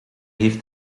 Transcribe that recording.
heeft